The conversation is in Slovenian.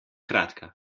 kratka